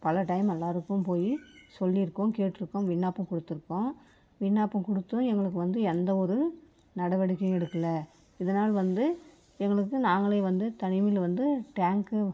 பல டைம் எல்லாேருக்கும் போய் சொல்லியிருக்கோம் கேட்டிருக்கோம் விண்ணப்பம் கொடுத்துருக்கோம் விண்ணப்பம் கொடுத்தும் எங்களுக்கு வந்து எந்த ஒரு நடவடிக்கையும் எடுக்கலை இதனால் வந்து எங்களுக்கு நாங்களே வந்து தனிமையில் வந்து டேங்க்கு